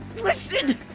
Listen